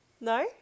No